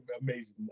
amazing